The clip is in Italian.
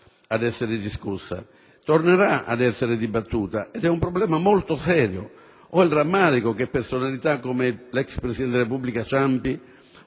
Grazie,